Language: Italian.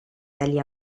dagli